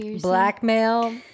blackmail